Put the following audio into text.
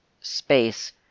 space